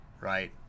right